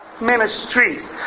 ministries